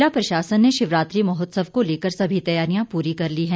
ज़िला प्रशासन ने शिवरात्रि महोत्सव को लेकर सभी तैयारियां पूरी कर ली हैं